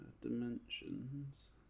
Dimensions